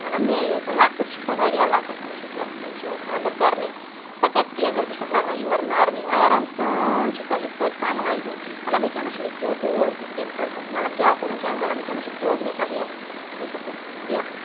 مَطلَب مے ییٚژَن لۄکٕٹ چھِ سۄ واریاہ لۄکٕٹ چھِ سۄ وٕنۍ چھِ سۄ تٔمِس چھُ وٕنۍ خانٛدَر کَرنٕے سۄ کَرِ تیزَر بہٕ چھسَس لاگان یورٕ نَرمی آرام سان چھِ سۄ یِتھ پٲٹھۍ سَمبالہِ بہٕ مَطلَب وٕنکٮ۪نَس چھِ أسۍ سِیود دوس زٕ تٔمۍ کوٚر مَطلَب کیاہ کوٚرُن کیاہ نہٕ مَطلَب وٕنکٮ۪س چھِ مےٚ سیود وٮ۪س بہٕ بہٕ چھسَس وٮ۪س